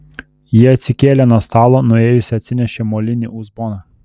ji atsikėlė nuo stalo nuėjusi atsinešė molinį uzboną